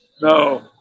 No